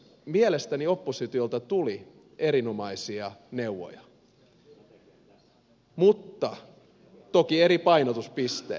mielestäni oppositiolta tuli erinomaisia neuvoja toki eri painotuspistein